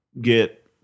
get